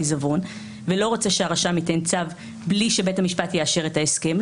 עיזבון והוא לא רוצה שהרשם ייתן צו מבלי שבית המשפט יאשר את ההסכם.